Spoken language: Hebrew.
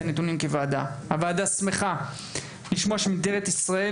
הוועדה שמחה להיווכח שמשטרת ישראל